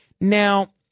Now